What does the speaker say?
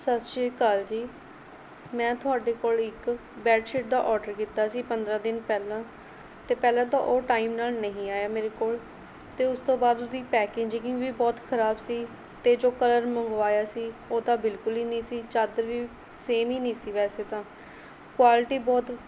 ਸਤਿ ਸ਼੍ਰੀ ਅਕਾਲ ਜੀ ਮੈਂ ਤੁਹਾਡੇ ਕੋਲ ਇੱਕ ਬੈਡਸ਼ੀਟ ਦਾ ਔਡਰ ਕੀਤਾ ਸੀ ਪੰਦਰ੍ਹਾਂ ਦਿਨ ਪਹਿਲਾਂ ਅਤੇ ਪਹਿਲਾਂ ਤਾਂ ਉਹ ਟਾਈਮ ਨਾਲ਼ ਨਹੀਂ ਆਇਆ ਮੇਰੇ ਕੋਲ ਅਤੇ ਉਸ ਤੋਂ ਬਾਅਦ ਉਸਦੀ ਪੈਕਜਿੰਗ ਵੀ ਬਹੁਤ ਖਰਾਬ ਸੀ ਅਤੇ ਜੋ ਕਲਰ ਮੰਗਵਾਇਆ ਸੀ ਉਹ ਤਾਂ ਬਿਲਕੁਲ ਹੀ ਨਹੀਂ ਸੀ ਚਾਦਰ ਵੀ ਸੇਮ ਹੀ ਨਹੀਂ ਸੀ ਵੈਸੇ ਤਾਂ ਕੁਆਲਿਟੀ ਬਹੁਤ